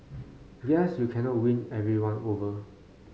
guess you can never win everyone over